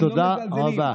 תודה רבה.